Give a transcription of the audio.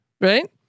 right